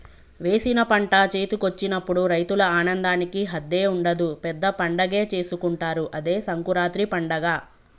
వేసిన పంట చేతికొచ్చినప్పుడు రైతుల ఆనందానికి హద్దే ఉండదు పెద్ద పండగే చేసుకుంటారు అదే సంకురాత్రి పండగ